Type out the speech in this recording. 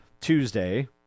Tuesday